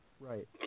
Right